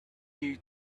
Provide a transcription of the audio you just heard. you